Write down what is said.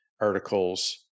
articles